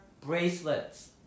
bracelets